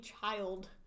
child